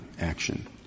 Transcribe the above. action